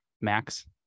max